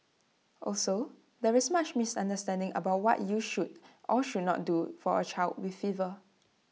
also there is much misunderstanding about what you should or should not do for A child with fever